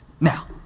now